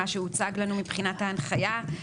מה שהוצג לנו מבחינת ההנחיה.